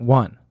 one